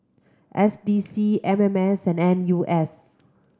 S D C M M S and N U S